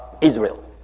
Israel